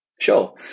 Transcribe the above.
Sure